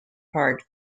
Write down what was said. card